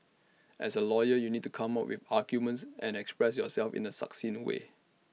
as A lawyer you'll need to come up with arguments and express yourself in A succinct way